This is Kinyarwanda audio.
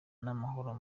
n’amahoro